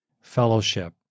fellowship